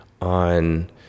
on